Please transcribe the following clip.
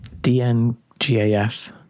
DNGAF